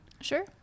Sure